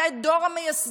היה את דור המייסדים,